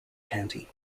county